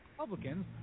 Republicans